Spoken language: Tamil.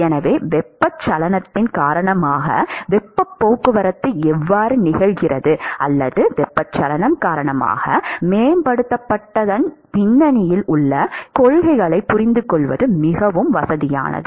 எனவே வெப்பச்சலனத்தின் காரணமாக வெப்பப் போக்குவரத்து எவ்வாறு நிகழ்கிறது அல்லது வெப்பச்சலனம் காரணமாக மேம்படுத்தப்பட்டதன் பின்னணியில் உள்ள கொள்கைகளைப் புரிந்துகொள்வது மிகவும் வசதியானது